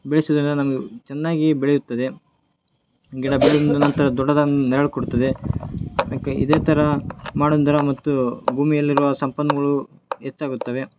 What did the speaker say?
ಬೆಳೆಸುವುದರಿಂದ ನಮಗು ಚೆನ್ನಾಗಿ ಬೆಳೆಯುತ್ತದೆ ಗಿಡ ಬೆಳೆ ನಂತರ ದೊಡ್ಡದಾದ ನೆರಳು ಕೊಡುತ್ತದೆ ಅದಕ್ಕೆ ಇದೇ ಥರ ಮಾಡುಂದರ ಮತ್ತು ಭೂಮಿಯಲ್ಲಿರುವ ಸಂಪನ್ಮೂಲಗಳು ಹೆಚ್ಚಾಗುತ್ತವೆ